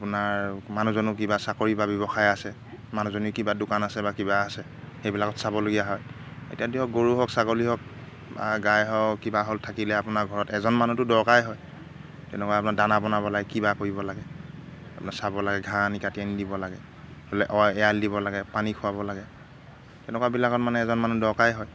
আপোনাৰ মানুহজনো কিবা চাকৰি বা ব্যৱসায় আছে মানুহজনী কিবা দোকান আছে বা কিবা আছে সেইবিলাকত চাবলগীয়া হয় এতিয়া দিয়ক গৰু হওক ছাগলী হওক বা গাই হওক কিবা হ'ল থাকিলে আপোনাৰ ঘৰত এজন মানুহটো দৰকাৰেই হয় তেনেকুৱা আপোনাৰ দানা বনাব লাগে কিবা কৰিব লাগে আপোনাৰ চাব লাগে ঘাঁহ আনি কাটি আনি দিব লাগে হ'লে অ' এৰাল দিব লাগে পানী খুৱাব লাগে তেনেকুৱাবিলাকত মানে এজন মানুহ দৰকাৰেই হয়